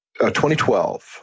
2012